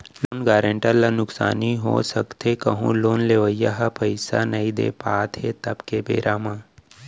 loan guarantor ल नुकसानी हो सकथे कहूँ लोन लेवइया ह पइसा नइ दे पात हे तब के बेरा म